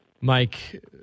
Mike